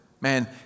Man